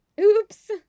Oops